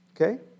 okay